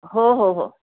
हो हो हो